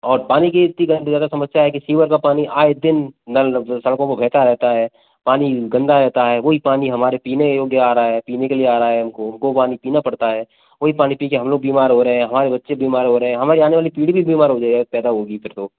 और पानी की इतनी ज्यादा समस्या है कि सीवर का पानी आए दिन नल सड़कों पर बहता रहता है पानी गंदा रहता है वही पानी हमारे पीने योग्य आ रहा है पीने के लिए आ रहा है हमको हमको वो पानी पीना पड़ता है वही पानी पी कर हम लोग बीमार हो रहे हैं हमारे बच्चे बीमार हो रहे हैं हमारी आने वाली पीढ़ी भी बीमार हो जाएगी अगर पैदा होगी फिर तो